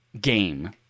game